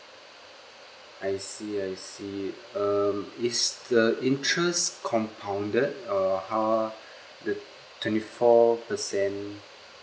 I see I see um is the interest compounded err how the twenty four percent